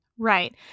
Right